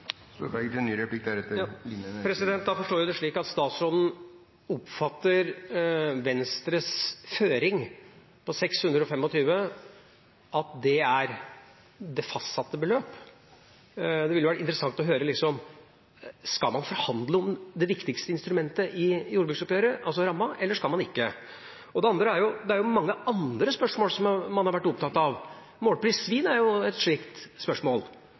Da forstår jeg det slik at statsråden oppfatter Venstres føring – 625 – som det fastsatte beløpet. Det ville vært interessant å høre: Skal man forhandle om det viktigste instrumentet i jordbruksoppgjøret, altså rammen, eller skal man ikke? Det andre er: Det er jo mange andre spørsmål man har vært opptatt av. Målpris på svin er et slikt spørsmål.